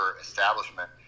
establishment